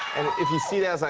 if you see that, i